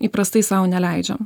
įprastai sau neleidžiam